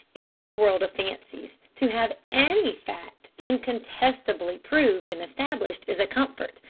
in this world of fancies, to have any fact incontestably proved and established is a comfort,